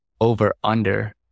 over-under